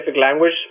language